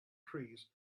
trees